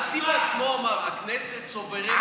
הנשיא בעצמו אמר: הכנסת סוברנית.